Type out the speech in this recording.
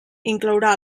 inclourà